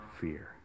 fear